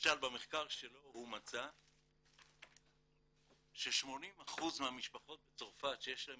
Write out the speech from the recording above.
למשל במחקר שלו הוא מצא ש-80% מהמשפחות בצרפת שיש להם